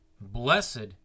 Blessed